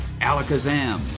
alakazam